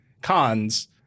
cons